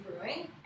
Brewing